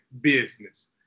business